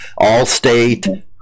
Allstate